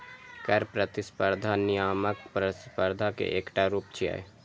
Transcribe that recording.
कर प्रतिस्पर्धा नियामक प्रतिस्पर्धा के एकटा रूप छियै